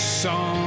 song